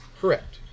Correct